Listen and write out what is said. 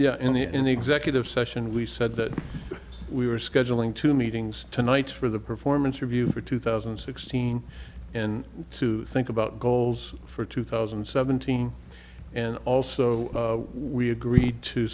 the executive session we said that we were scheduling two meetings tonight for the performance review for two thousand and sixteen and to think about goals for two thousand and seventeen and also we agreed to